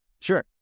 Sure